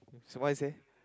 what you say